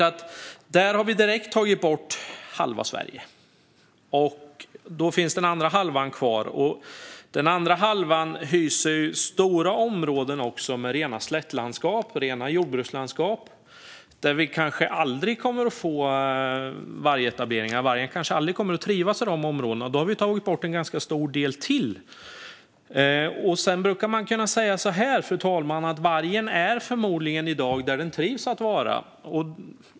Där har vi direkt tagit bort halva Sverige, och då finns den andra halvan kvar. Den andra halvan hyser stora områden med rena slättlandskap och rena jordbrukslandskap, där vi kanske aldrig kommer att få vargetablering. Vargen kanske aldrig kommer att trivas i dessa områden. Då har vi tagit bort ytterligare en ganska stor del. Fru talman! Man brukar säga att vargarna i dag förmodligen är där de trivs att vara.